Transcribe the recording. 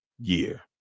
year